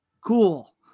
cool